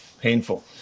painful